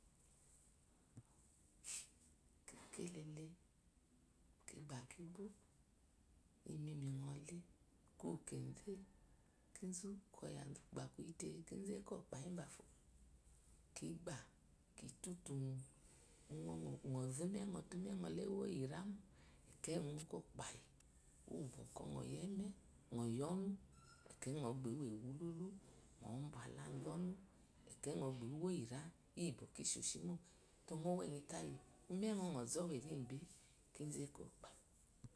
Kekelele kibe kibo imizu minɔle úw` keze kizu kwoya zu kuba kúyite kizu ekopa yi ubafo kibá kitatu mo, no zo úme nɔ te umenɗ lá ewó iyi irámoi ekeyi unɔ ekopayi iyi noyi eme nayi ɔnʊ ekeyinɔba nɔwo ewu lulu nɔ ba lu azonu keyi nɔbi iwo iyi ira iyi boko ishe shima bɔ wo eyitayi umen nŋ zowu eriyibe.